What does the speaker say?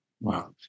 Wow